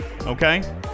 Okay